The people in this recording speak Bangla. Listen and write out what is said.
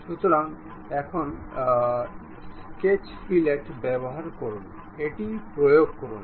সুতরাং এখন স্কেচ ফিলেট ব্যবহার করুন এটি প্রয়োগ করুন